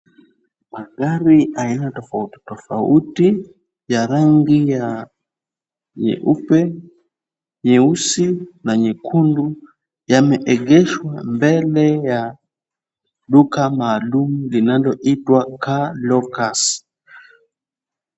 Magari aina tofauti tofauti ya rangi ya nyeupe, nyeusi na nyekundu. Yameegeshwa mbele ya duka maalum linaloitwa Car Locus.